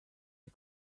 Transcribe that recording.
you